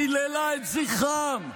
חיללה את זכרם,